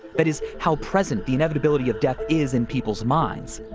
but is how present the inevitability of death is in people's minds.